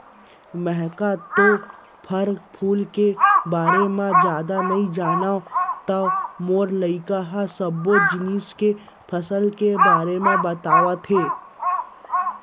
मेंहा तो फर फूल के बारे म जादा नइ जानव त मोर लइका ह सब्बो जिनिस के फसल के बारे बताथे